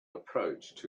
approached